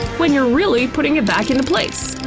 when you're really putting it back into place.